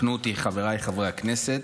תקנו אותי, חבריי חברי הכנסת,